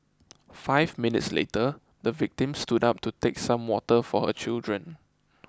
five minutes later the victim stood up to take some water for her children